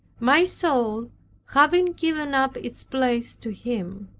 my soul having given up its place to him.